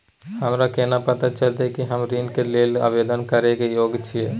हमरा केना पता चलतई कि हम ऋण के लेल आवेदन करय के योग्य छियै?